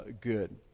good